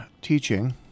teaching